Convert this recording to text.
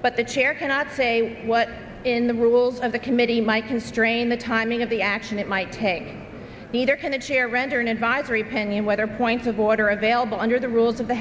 but the chair cannot say what in the rules of the committee my constrain the timing of the action it might take neither can the chair render an advisory pending whether points of order available under the rules of the